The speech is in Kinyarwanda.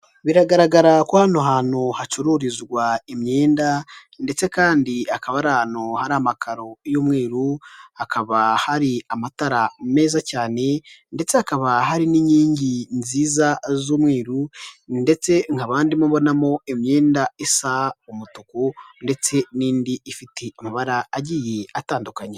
Biragaragara ko hano hantu hacururizwa imyenda ndetse kandi akaba ari ahantu hari amakaro y'umweru hakaba hari amatara meza cyane ndetse hakaba hari n'inkingi nziza z'umweru ndetse nkaba ndimo mbonamo imyenda isa umutuku ndetse n'indi ifite amabara agiye atandukanye.